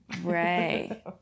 Right